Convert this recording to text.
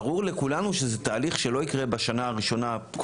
ברור לכולנו שזה תהליך שלא יקרה בשנה הראשונה,